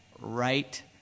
right